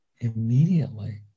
immediately